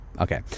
okay